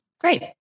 Great